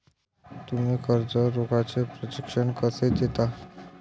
तुम्ही कर्ज रोख्याचे प्रशिक्षण कसे देता?